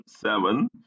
seven